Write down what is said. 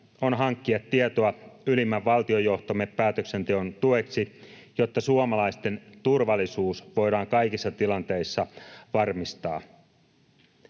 on hankkia tietoa ylimmän valtiojohtomme päätöksenteon tueksi, jotta suomalaisten turvallisuus voidaan kaikissa tilanteissa varmistaa.